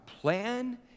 plan